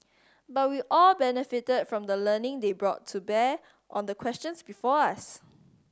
but we all benefited from the learning they brought to bear on the questions before us